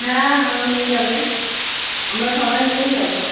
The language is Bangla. হ্যাঁ আমার মেয়ে যাবে আমরা সবাই মিলেই যাবো